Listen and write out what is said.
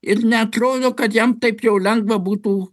ir neatrodo kad jam taip jau lengva būtų